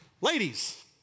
Ladies